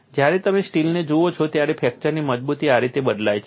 જ્યારે તમે સ્ટીલને જુઓ છો ત્યારે ફ્રેક્ચરની મજબૂતી આ રીતે બદલાય છે